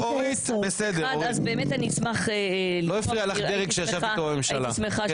לא הפריע לך דרעי כשישבת איתו בממשלה.